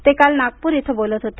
ते काल नागपूर इथं बोलत होते